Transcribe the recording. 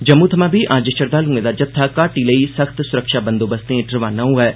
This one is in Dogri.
जम्मू थमां बी अज्ज श्रद्दालुएं दा जत्था घाटी लेई सख्त सुरक्षा बंदोबस्ते हेठ रवाना होआ ऐ